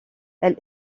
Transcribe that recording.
elle